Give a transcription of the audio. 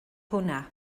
hwnna